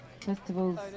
festivals